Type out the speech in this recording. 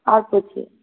और कुछ